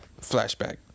flashback